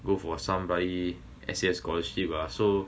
go for some bloody S_A_F scholarship ah so